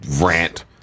rant